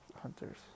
hunters